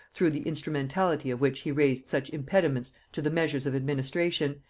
through the instrumentality of which he raised such impediments to the measures of administration,